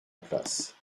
place